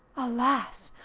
alas!